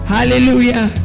Hallelujah